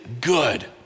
good